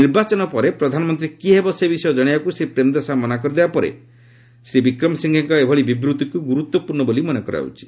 ନିର୍ବାଚନ ପରେ ପ୍ରଧାନମନ୍ତ୍ରୀ କିଏ ହେବ ସେ ବିଷୟ ଜଣାଇବାକୁ ଶ୍ରୀ ପ୍ରେମ୍ଦାସା ମନା କରିଦେବା ପରେ ଶ୍ରୀ ବିକ୍ରମସିଂହେଙ୍କ ଏଭଳି ବିବୃତ୍ତିକୁ ଗୁରୁତ୍ୱପୂର୍ଣ୍ଣ ବୋଲି ମନେ କରାଯାଉଛି